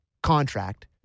contract